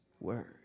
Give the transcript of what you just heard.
word